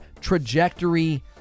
trajectory